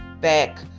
back